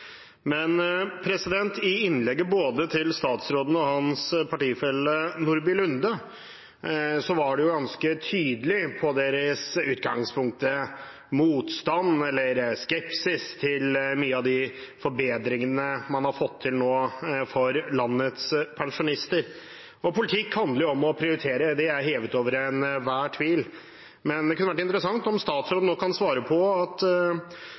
Både statsråden og hans partifelle Nordby Lunde var i innleggene sine ganske tydelige på sin i utgangspunktet motstand eller skepsis til mange av de forbedringene man nå har fått til for landets pensjonister. Politikk handler om å prioritere, det er hevet over enhver tvil, men det kunne vært interessant om statsråden kunne svare på